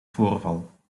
voorval